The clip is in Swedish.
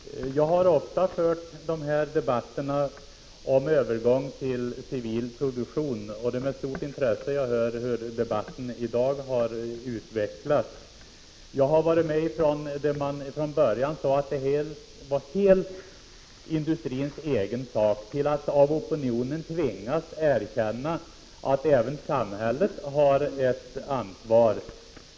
Fru talman! Jag har ofta deltagit i debatter om övergång till civil produktion, och det är med intresse som jag har åhört hur debatten i dag har utvecklats. Jag har varit med om att man från början sade att omställningen helt var industrins egen sak, men också fått se att man av opinionen tvingats erkänna att även samhället här har ett ansvar.